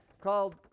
called